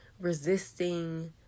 resisting